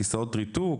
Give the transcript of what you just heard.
כיסאות ריתוק,